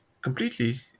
completely